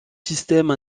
système